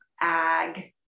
ag